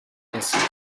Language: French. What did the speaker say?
ainsi